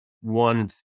one